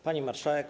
Pani Marszałek!